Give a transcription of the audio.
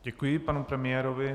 Děkuji panu premiérovi.